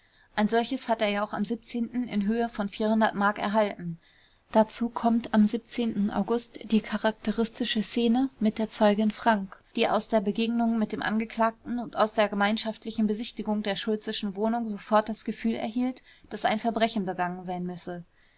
ein solches hat er ja auch am in höhe von m erhalten dazu kommt am august die charakteristische szene mit der zeugin frank die aus der begegnung mit dem angeklagten und aus der gemeinschaftlichen besichtigung der schultzeschen wohnung sofort das gefühl erhielt daß ein verbrechen begangen sein müsse